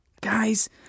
Guys